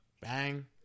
Bang